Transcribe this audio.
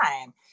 time